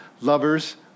lovers